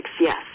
yes